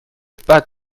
pas